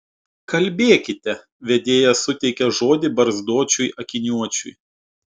kalbėkite vedėja suteikė žodį barzdočiui akiniuočiui